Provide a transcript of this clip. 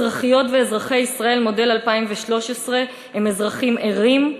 אזרחיות ואזרחי מודל 2013 הם אזרחים ערים,